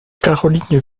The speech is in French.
caroline